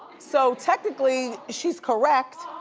so technically, she's correct,